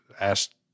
asked